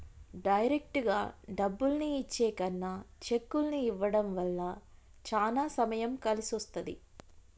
డైరెక్టుగా డబ్బుల్ని ఇచ్చే కన్నా చెక్కుల్ని ఇవ్వడం వల్ల చానా సమయం కలిసొస్తది